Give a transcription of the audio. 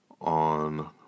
on